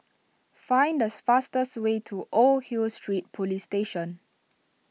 find the fastest way to Old Hill Street Police Station